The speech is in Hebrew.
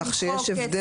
כך שיש הבדל.